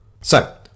So